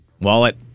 Wallet